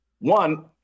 One